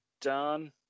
Done